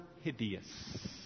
hideous